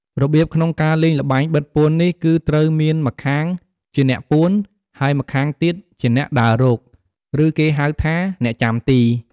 របៀបក្នុងការលេងល្បែងបិទពួននេះគឺត្រូវមានម្ខាងជាអ្នកពួន ហើយម្ខាងទៀតជាអ្នកដើររក ឬគេហៅថា អ្នកចាំទី។